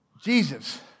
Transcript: Jesus